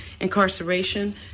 incarceration